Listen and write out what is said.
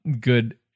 Good